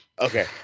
Okay